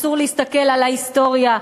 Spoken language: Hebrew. אסור להסתכל על ההיסטוריה,